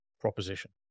proposition